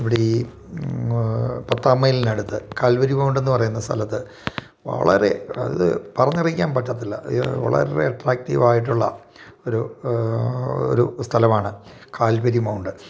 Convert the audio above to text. ഇവിടെ ഈ പത്താം മൈൽന് അടുത്ത് കാൽബരി മൗണ്ട്ന്ന് പറയുന്ന സ്ഥലത്ത് വളരെ അത് പറഞ്ഞറിയിക്കാൻ പറ്റത്തില്ല വളരെ അട്രാക്റ്റീവായിട്ടുള്ള ഒരു ഒരു സ്ഥലമാണ് കാൽബരി മൗണ്ട്